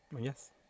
yes